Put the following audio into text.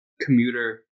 commuter